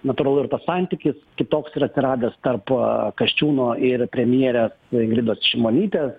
natūralu ir tas santykis kitoks ir atsiradęs tarpkasčiūno ir premjerės ingridos šimonytės